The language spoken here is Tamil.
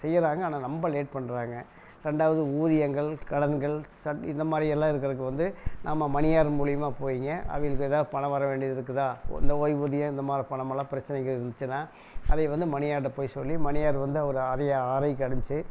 செய்யறாங்க ஆனால் ரொம்ப லேட் பண்ணுறாங்க ரெண்டாவது ஊதியங்கள் கடன்கள் இந்த மாதிரியெல்லாம் இருக்குறக்கு வந்து நம்ம மணியார் மூலியமா போய்ங்க அவங்களுக்கு எதாவது பணம் வர வேண்டியது இருக்குதா இல்லை ஓய்வூதியம் இந்த மாதிரி பணம்லான் பிரச்சனைகள் இருன்ச்சின்னா அதை வந்து மணியார்கிட்ட போய் சொல்லி மணியார் வந்து அவர் அதிகாரி ஆர்ஐக்கு வந்து அமிச்சி